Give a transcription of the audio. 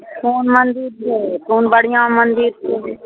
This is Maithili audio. कोन मन्दिर छै कोन बढ़िआँ मन्दिर छै